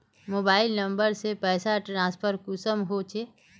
Mobile number से पैसा transfer कुंसम होचे?